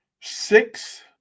six